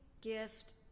gift